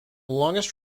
longest